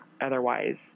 otherwise